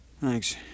Thanks